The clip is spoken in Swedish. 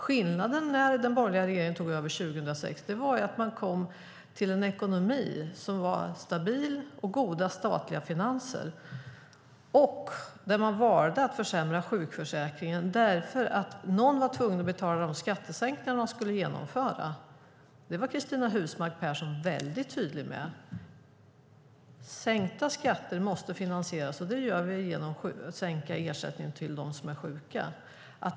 Skillnaden när den borgerliga regeringen tog över 2006 var att man kom till en stabil ekonomi och goda statliga finanser. Man valde att försämra sjukförsäkringen därför att någon var tvungen att betala de skattesänkningar man skulle genomföra. Det var Cristina Husmark Pehrsson väldigt tydlig med: Sänkta skatter måste finansieras, och det gör vi genom att sänka ersättningen till dem som är sjuka!